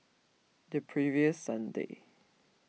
the previous Sunday